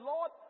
Lord